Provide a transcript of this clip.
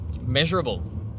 measurable